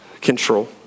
control